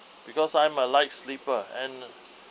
because I'm a light sleeper and